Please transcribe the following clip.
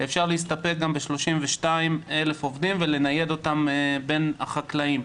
אפשר להסתפק גם ב-32,000 עובדים ולניידם בין החקלאים.